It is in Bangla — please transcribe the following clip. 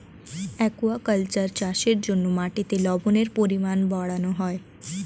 অ্যাকুয়াকালচার চাষের জন্য মাটির লবণের পরিমাণ বাড়ানো হয়